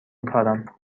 کارم